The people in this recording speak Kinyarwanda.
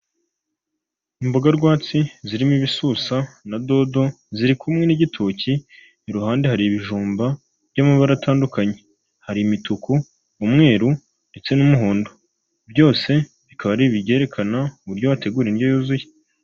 Imboga rwatsi zirimo ibisusa na dodo, ziri kumwe n'igitoki, iruhande hari ibijumba by'amabara atandukanye, hari: imituku, umweru ndetse n'umuhondo; byose bikaba ari ibyerekana uburyo wategura indyo yuzuye.